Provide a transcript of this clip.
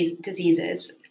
diseases